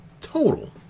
total